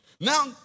Now